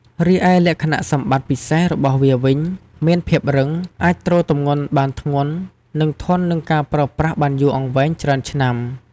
រីឯលក្ខណៈសម្បត្តិពិសេសរបស់វាវិញ មានភាពរឹង អាចទ្រទម្ងន់បានធ្ងន់ និងធន់នឹងការប្រើប្រាស់បានយូរអង្វែង ច្រើនឆ្នាំ។